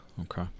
Okay